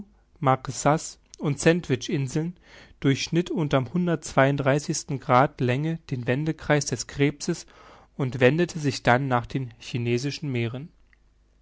und sandwich inseln durchschnitt unterm hundert grad länge den wendekreis des krebses und wendete sich dann nach den chinesischen meeren